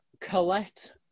Colette